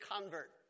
convert